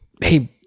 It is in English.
Hey